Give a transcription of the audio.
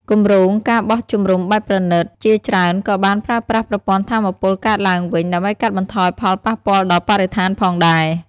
គម្រោង ការបោះជំរំបែបប្រណីត ជាច្រើនក៏បានប្រើប្រាស់ប្រព័ន្ធថាមពលកកើតឡើងវិញ ដើម្បីកាត់បន្ថយផលប៉ះពាល់ដល់បរិស្ថានផងដែរ។